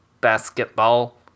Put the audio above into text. basketball